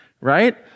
right